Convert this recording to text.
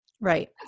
Right